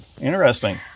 interesting